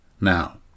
now